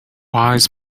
wise